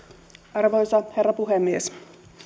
arvoisa herra puhemies